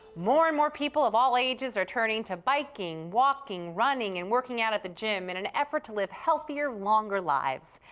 more and more people of all ages are turning to biking, walking, running, and working out at the gym in an effort to live healthier longer lives.